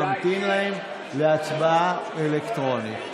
נמתין להם להצבעה אלקטרונית.